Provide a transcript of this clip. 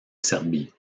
serbie